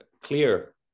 clear